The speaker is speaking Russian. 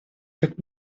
как